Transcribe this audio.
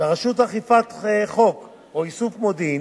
ברשות אכיפת חוק או איסוף מודיעין,